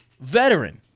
veteran